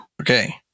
Okay